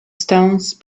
stones